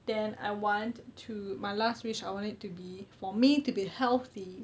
then I want to my last wish I want it to be for me to be healthy